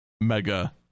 mega